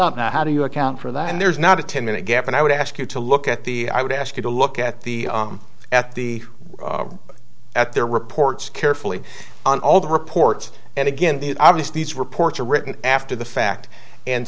now how do you account for that and there's not a ten minute gap and i would ask you to look at the i would ask you to look at the at the at their reports carefully on all the reports and again the obvious these reports are written after the fact and